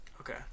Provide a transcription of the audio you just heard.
Okay